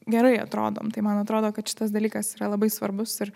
gerai atrodom tai man atrodo kad šitas dalykas yra labai svarbus ir